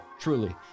Truly